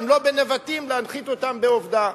אם לא בנבטים להנחית אותם ב"עובדה".